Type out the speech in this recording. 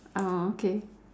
oh okay